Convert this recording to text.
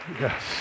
yes